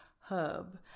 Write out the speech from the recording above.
hub